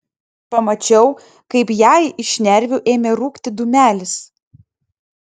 pamačiau kaip jai iš šnervių ėmė rūkti dūmelis